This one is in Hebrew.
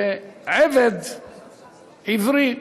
שעבד עברי,